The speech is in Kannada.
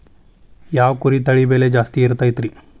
ಯಾವ ಕುರಿ ತಳಿ ಬೆಲೆ ಜಾಸ್ತಿ ಇರತೈತ್ರಿ?